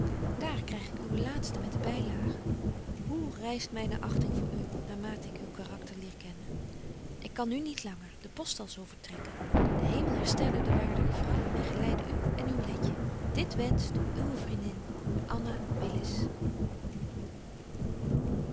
daar kryg ik uwen laatsten met de bylage hoe ryst myne achting voor u naar mate ik uw karakter leer kennen ik kan nu niet langer de post zal zo vertrekken de hemel herstelle de waardige vrouw en geleide u en uw letje dit wenscht uwe vriendin